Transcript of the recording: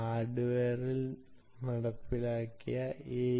ഹാർഡ്വെയറിൽ നടപ്പിലാക്കിയ A